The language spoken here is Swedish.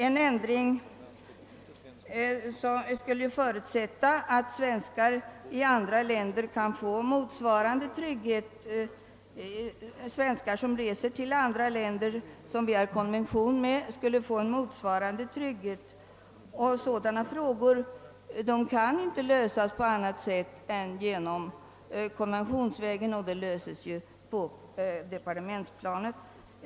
En ändring skulle förutsätta att svenskar som reser till länder, med vilka vi har en konvention, tillförsäkras en motsvarande trygghet i dessa länder. Sådana frågor kan inte lösas på annat sätt än genom en konvention, vilket är ett ärende på departementsplanet.